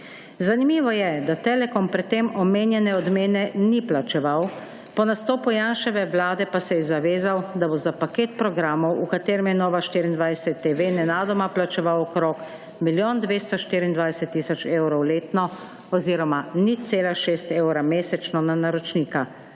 Zanimivo je, da Telekom pred tem omenjene odmene ni plačeval. Po nastopu Janševe vlade pa se je zavezal, da bo za paket programov v katerem je Nova24TV nenadoma plačeval okoli milijon 224 tisoč evrov letno oziroma 0,6 evra mesečno na naročnika,